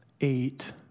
eight